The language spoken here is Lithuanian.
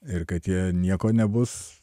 ir kad jie nieko nebus